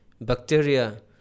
bacteria